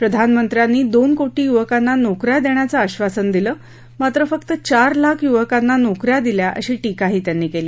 प्रधानमंत्र्यांनी दोन कोटी युवकांना नोक या देण्याचं आक्षासन दिलं मात्र फक्त चार लाख युवकांना नोक या दिल्या अशी टीकाही त्यांनी केली